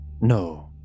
No